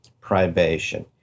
privation